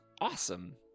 awesome